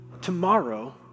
Tomorrow